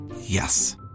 Yes